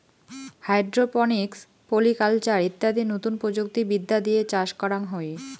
hydroponics, poly culture ইত্যাদি নতুন প্রযুক্তি বিদ্যা দিয়ে চাষ করাঙ হই